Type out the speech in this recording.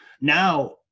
Now